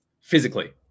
physically